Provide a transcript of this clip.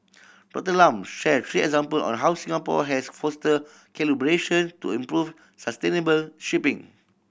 Doctor Lam shared three example on how Singapore has fostered collaboration to improve sustainable shipping